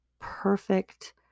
perfect